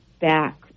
back